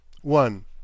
one